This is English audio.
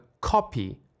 copy